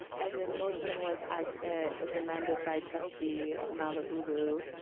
and the motion was as, it was amended by trustee malauulu.